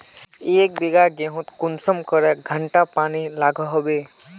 एक बिगहा गेँहूत कुंसम करे घंटा पानी लागोहो होबे?